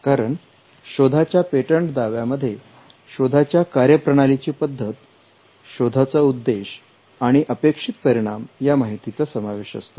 कारण शोधाच्या पेटंट दाव्यामध्ये शोधाच्या कार्यप्रणाली ची पद्धत शोधाचा उद्देश आणि अपेक्षित परिणाम या माहितीचा समावेश असतो